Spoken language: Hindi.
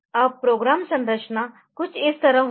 अब प्रोग्राम संरचना कुछ इस तरह होगी